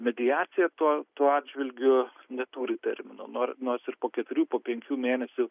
mediacija tuo tuo atžvilgiu neturi termino nor nors ir po keturių po penkių mėnesių